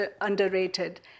underrated